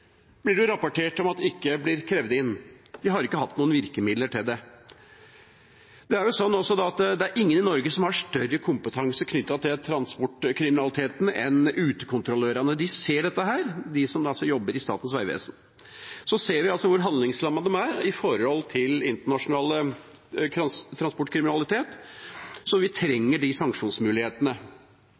blir det rapportert om at ikke blir krevd inn. Vi har ikke hatt noen virkemidler til det. Ingen i Norge har større kompetanse knyttet til transportkriminaliteten enn utekontrollørene. De ser dette – de som jobber i Statens vegvesen. Vi ser hvor handlingslammet de er når det gjelder internasjonal transportkriminalitet, så vi trenger de sanksjonsmulighetene.